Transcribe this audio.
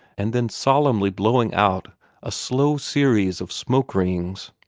and then solemnly blowing out a slow series of smoke-rings.